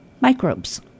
microbes